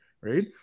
right